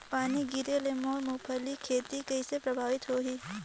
पानी गिरे ले मोर मुंगफली खेती कइसे प्रभावित होही?